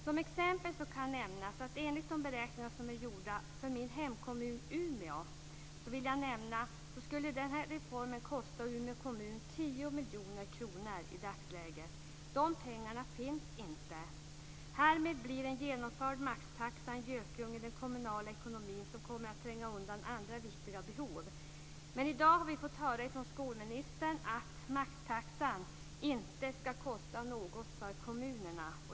Som exempel kan nämnas att enligt de beräkningar som är gjorda för min hemkommun Umeå skulle reformen i dagsläget kosta Umeå kommun 10 miljoner kronor. De pengarna finns inte. Därmed blir en genomförd maxtaxa en gökunge i den kommunala ekonomin som kommer att tränga undan andra viktiga behov. I dag har vi fått höra från skolministern att maxtaxan inte ska kosta något för kommunerna.